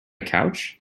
couch